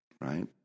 right